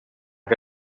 que